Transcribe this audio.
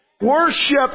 Worship